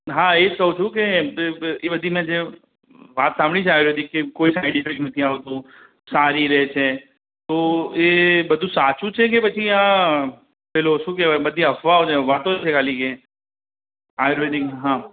હા એ જ કહું છું કે એ બધી મેં જે વાત સાંભળી છે આયુર્વેદિક કે કોઈ સાઇડ ઇફેક્ટ નથી આવતું સારી રહે છે તો એ બધું સાચું છે કે પછી આ પેલું શું કહેવાય બધી અફવાઓ છે વાતો છે ખાલી કે આયુર્વેદિક હં